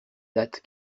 date